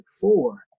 four